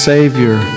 Savior